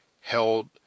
held